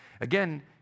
Again